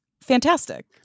fantastic